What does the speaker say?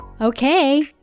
okay